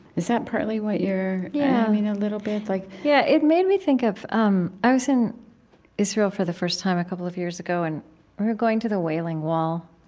is that partly what you're, yeah a you know little bit? like yeah, it made me think of um i was in israel for the first time a couple of years ago, and we were going to the wailing wall,